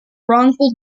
wrongful